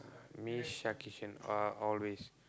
me shak kishan are always